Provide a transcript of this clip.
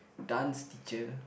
dance teacher